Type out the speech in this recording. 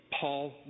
Paul